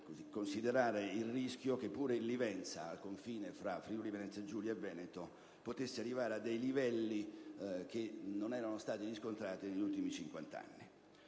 considerare il rischio che pure il Livenza, al confine fra Friuli-Venezia Giulia e Veneto, potesse arrivare a dei livelli che non erano stati riscontrati negli ultimi